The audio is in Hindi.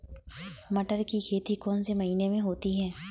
मटर की खेती कौन से महीने में होती है?